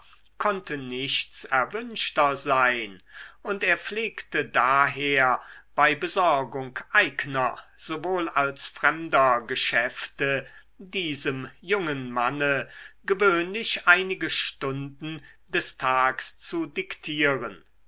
konnte nichts erwünschter sein und er pflegte daher bei besorgung eigner sowohl als fremder geschäfte diesem jungen manne gewöhnlich einige stunden des tags zu diktieren